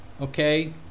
Okay